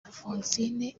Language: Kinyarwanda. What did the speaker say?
alphonsine